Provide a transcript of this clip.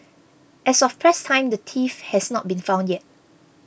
as of press time the thief has not been found yet